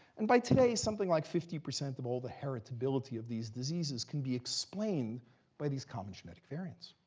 and by today, something like fifty percent of all the heritability of these diseases can be explained by these common genetic variants.